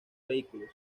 vehículos